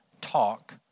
talk